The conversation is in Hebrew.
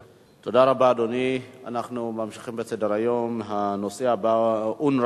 כידוע, היום גבעת-התחמושת איננה